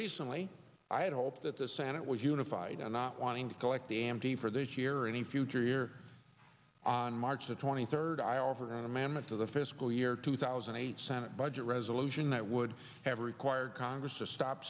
recently i had hoped that the senate was unified on not wanting to collect the a m t for this year or any future year on march the twenty third i offered an amendment to the fiscal year two thousand and eight senate budget resolution that would have required congress to stop